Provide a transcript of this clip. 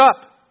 up